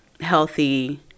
healthy